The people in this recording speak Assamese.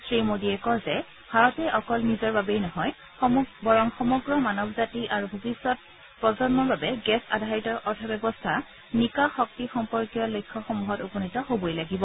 শ্ৰীমোডীয়ে কয় যে ভাৰতে অকল নিজৰ বাবেই নহয় বৰং সমগ্ৰ মানৱ জাতি আৰু ভৱিষ্যত প্ৰজন্মৰ বাবে গেছ আধাৰিত অৰ্থব্যৱস্থা নিকা শক্তি সম্পৰ্কীয় লক্ষ্য সমূহত উপনীত হবই লাগিব